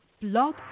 Blog